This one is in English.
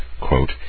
Quote